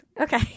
okay